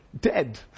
dead